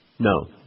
No